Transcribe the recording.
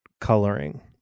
coloring